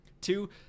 two